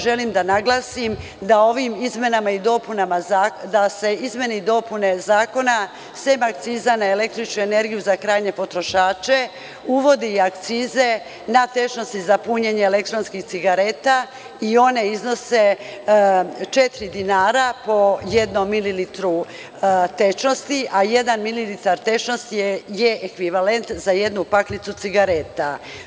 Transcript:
Želim da naglasim da se ovim izmenama i dopunama zakona sem akciza za električnu energiju za krajnje potrošače uvode i akcize na tečnosti za punjenje elektronskih cigareta i one iznose četiri dinara po jednom mililitru tečnosti, a jedan mililitar tečnosti je ekvivalent za jednu paklicu cigareta.